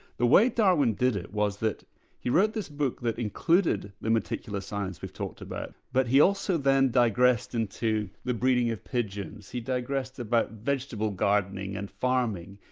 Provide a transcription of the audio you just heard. the way darwin did it was that he wrote this book that included the meticulous science we've talked about, but he also then digressed into the breeding of pigeons, he digressed about vegetable gardening and farming,